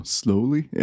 slowly